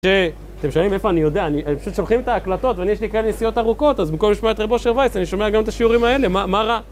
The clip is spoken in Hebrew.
אתם שואלים איפה אני יודע, הם פשוט שולחים את ההקלטות ואני יש לי כאלה נסיעות ארוכות אז במקום לשמוע את רב אשר וייס אני שומע גם את השיעורים האלה, מה רע?